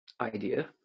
idea